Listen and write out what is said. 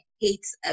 hates